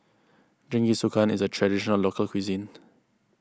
Jingisukan is a Traditional Local Cuisine